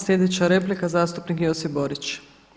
Sljedeća replika zastupnik Josip Borić.